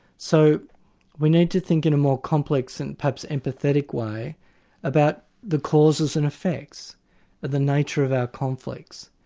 so we need to think in a more complex and perhaps empathetic way about the causes and effects of the nature of our conflicts.